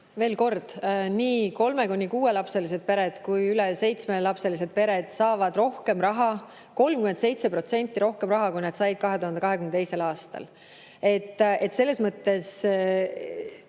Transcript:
Veel kord, nii kolme- kuni kuuelapselised pered kui ka üle seitsmelapselised pered saavad rohkem raha, 37% rohkem raha, kui nad said 2022. aastal. Selles mõttes,